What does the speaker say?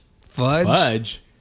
Fudge